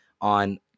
on